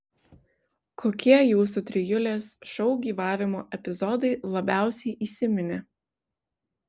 kokie jūsų trijulės šou gyvavimo epizodai labiausiai įsiminė